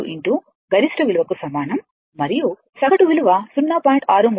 707 గరిష్ట విలువకు సమానం మరియు సగటు విలువ 0